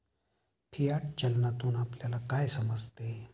Fiat चलनातून आपल्याला काय समजते?